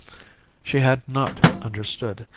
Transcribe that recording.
she had not understood,